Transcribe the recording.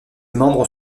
membres